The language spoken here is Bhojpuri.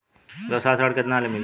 व्यवसाय ऋण केतना ले मिली?